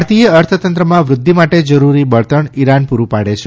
ભારતીય અર્થતંત્રમાં વૂદ્વિ માટે જરૂરી બળતણ ઈરાન પૂરૂ પાડે છે